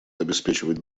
обеспечивать